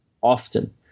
often